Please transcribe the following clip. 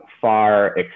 far